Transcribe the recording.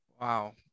Wow